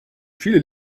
viele